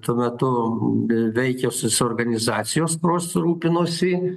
tuo metu veikusios organizacijos kurios rūpinosi